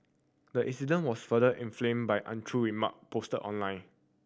the incident was further inflamed by untrue remark posted online